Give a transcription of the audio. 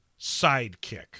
sidekick